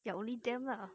ya only them ah